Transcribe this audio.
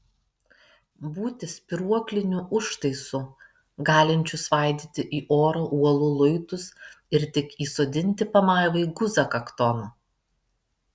būti spyruokliniu užtaisu galinčiu svaidyti į orą uolų luitus ir tik įsodinti pamaivai guzą kakton